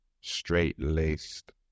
straight-laced